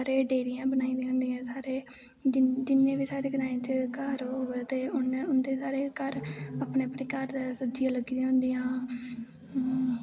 सारे डेरियां बनाइ दियां होंदियां सारे जिन्ने बी साढ़े ग्राएं च घर होए ते उंदे सारे अपने अपने घर सब्जियां लग्गी दियां होंदियां